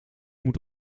moet